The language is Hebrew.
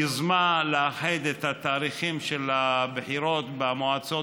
היוזמה לאחד את התאריכים של הבחירות שבמועצות